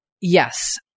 Yes